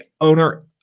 owner